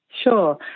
Sure